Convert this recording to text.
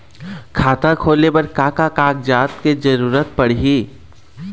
खाता खोले बर का का कागजात के जरूरत पड़ही?